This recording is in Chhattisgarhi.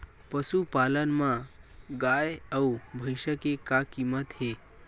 पशुपालन मा गाय अउ भंइसा के का कीमत हे?